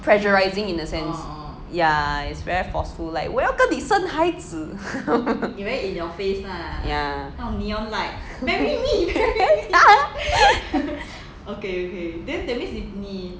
pressurizing in a sense ya it's very forceful like 我要跟你生孩子 ya